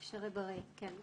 תודה.